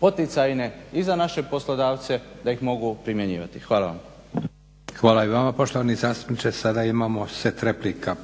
poticajne i za naše poslodavce da ih mogu primjenjivati. Hvala vam. **Leko, Josip (SDP)** Hvala i vama poštovani zastupniče. Sada imamo set replika.